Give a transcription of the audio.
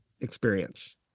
experience